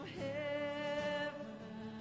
heaven